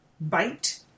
bite